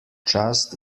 čast